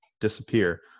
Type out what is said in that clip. disappear